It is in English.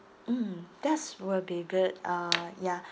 mm that's will be good uh ya